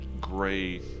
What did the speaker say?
gray